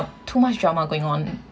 too much drama going on